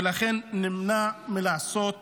ולכן נמנע מלעשות צעד.